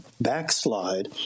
backslide